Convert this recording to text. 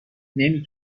نمی